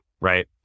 right